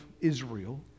israel